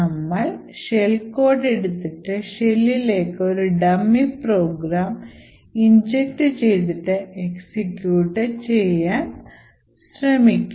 നമ്മൾ shell code എടുത്തിട്ട് ഷെൽലേക്ക് ഒരു ഡമ്മി പ്രോഗ്രാം ഇഞ്ചക്ട് ചെയ്തിട്ട് എക്സിക്യൂട്ട് ചെയ്യാൻ ശ്രമിക്കും